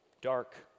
dark